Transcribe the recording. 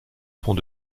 pont